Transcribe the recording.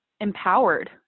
empowered